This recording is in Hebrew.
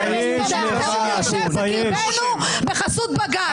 תצאי בבקשה.